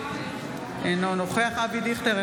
אינו נוכח אבי דיכטר,